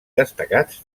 destacats